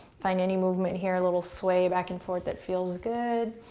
find any movement here, a little sway back and forth, that feels good,